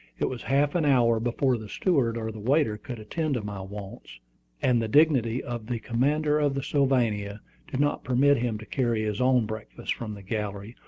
it was half an hour before the steward or the waiter could attend to my wants and the dignity of the commander of the sylvania did not permit him to carry his own breakfast from the galley,